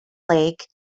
lake